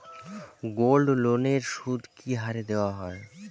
গোল্ডলোনের সুদ কি হারে দেওয়া হয়?